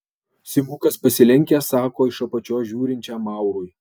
simukas pasilenkęs sako iš apačios žiūrinčiam maurui